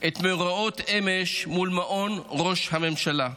את מאורעות אמש מול מעון ראש הממשלה.